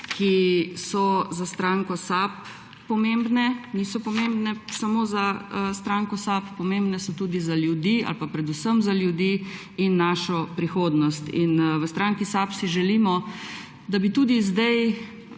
ki so za SAB pomembne. Niso pomembne samo za SAB, pomembne so tudi za ljudi ali pa predvsem za ljudi in našo prihodnost. V SAB si želimo, da bi tudi v